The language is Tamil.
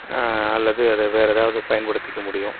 அல்லது அதை வேறு ஏதாவது பயன்படுத்திக்க முடியும்